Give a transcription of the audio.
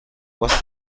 was